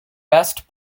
best